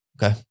Okay